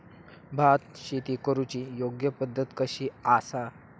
भात शेती करुची योग्य पद्धत कशी आसा?